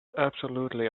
absolutely